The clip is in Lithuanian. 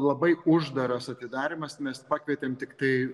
labai uždaras atidarymas mes pakvietėm tiktai